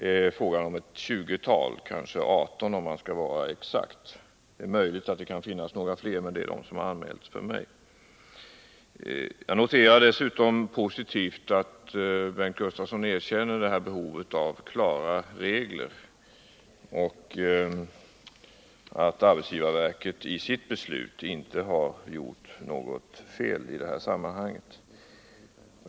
Om man skall vara exakt är det 18 personer — det är de som anmälts för mig, men det kan ju möjligen finnas några fler. Jag noterar som positivt att Bengt Gustavsson erkänner att det finns ett behov av klara regler och att arbetsgivarverket i sitt beslut inte gjort något fel i detta sammanhang.